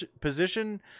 position